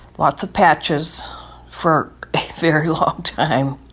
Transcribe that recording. lots of patches for a very long time,